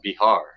Bihar